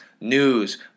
news